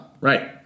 right